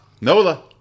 Nola